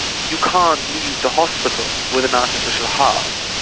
you can't leave the hospital with an artificial heart.